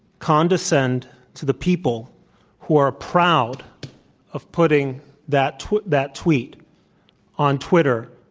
condescend to the people who are proud of putting that tweet that tweet on twitter,